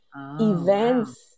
events